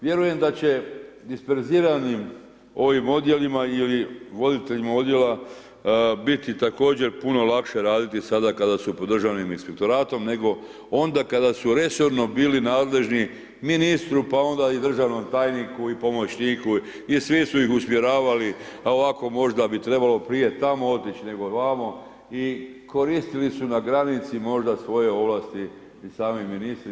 Vjerujem da će disperziranim ovim odjelima ili voditeljima odjela biti također puno lakše raditi sada kada su pod Državnim inspektoratom, nego onda kada su resorno bili nadležni ministru, pa onda i državnom tajniku, i pomoćniku i svi su ih usmjeravali, a ovako možda bi trebalo prije tamo otići nego ovamo i koristili su na granici možda svoje ovlasti i sami ministri.